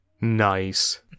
Nice